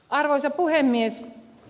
arvoisa puhemies